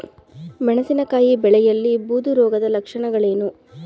ಮೆಣಸಿನಕಾಯಿ ಬೆಳೆಯಲ್ಲಿ ಬೂದು ರೋಗದ ಲಕ್ಷಣಗಳೇನು?